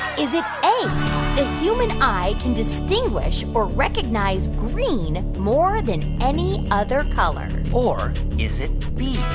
is it a, the human eye can distinguish or recognize green more than any other color? or is it b,